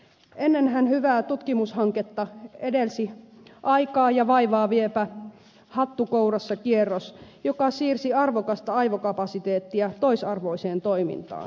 ennenhän hyvää tutkimushanketta edelsi aikaa ja vaivaa viepä hattu kourassa kierros joka siirsi arvokasta aivokapasiteettia toisarvoiseen toimintaan